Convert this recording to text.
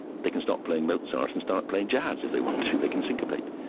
they can stop playing mozart and start playing jazz if they want to, they can syncopate.